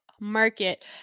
market